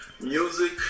Music